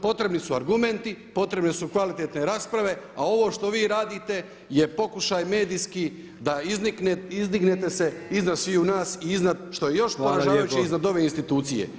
Potrebni su argumenti, potrebne su kvalitetne rasprave, a ovo što vi radite je pokušaj medijski da izdignete se iznad sviju nas i iznad što je još poražavajuće iznad ove institucije.